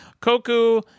Koku